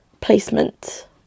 placement